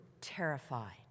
terrified